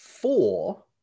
Four